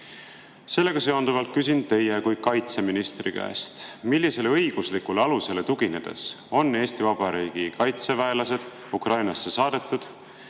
ongi. Sellega seonduvalt küsin teie kui kaitseministri käest, millisele õiguslikule alusele tuginedes on Eesti Vabariigi kaitseväelased Ukrainasse saadetud.